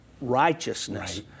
righteousness